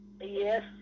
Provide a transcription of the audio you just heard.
Yes